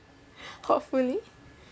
hopefully